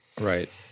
right